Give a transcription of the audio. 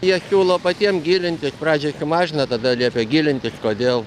jie siūlo patiem gilintis pradžioj sumažina tada liepia gilintis kodėl